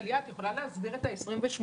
טליה, את יכולה להסביר את ה-28%?